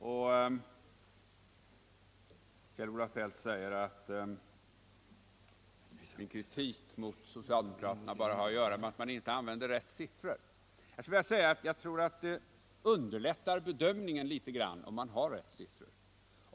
Kjell-Olof Feldt säger att min kritik mot socialdemokraterna bara har att göra Ned att man inte använder de rätta siffrorna. Jag tror att det underlättar bedömningen om man har rätt siffror.